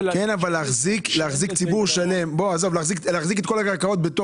אבל להחזיק את כל הקרקעות?